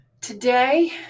Today